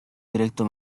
directo